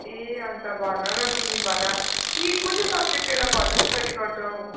ए अन्त भन न तिमी भन के कुन चाहिँ सब्जेक्ट लिएर फर्दर स्टडी गर्छौ